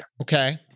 Okay